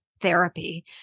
therapy